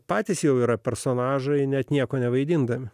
patys jau yra personažai net nieko nevaidindami